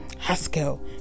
haskell